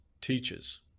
teaches